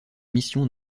mission